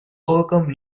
overcome